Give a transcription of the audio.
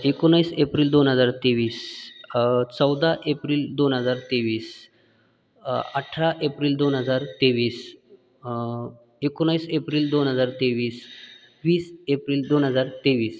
एकोणीस एप्रिल दोन हजार तेवीस चौदा एप्रिल दोन हजार तेवीस अठरा एप्रिल दोन हजार तेवीस एकोणवीस एप्रिल दोन हजार तेवीस वीस एप्रिल दोन हजार तेवीस